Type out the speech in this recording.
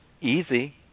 easy